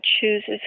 chooses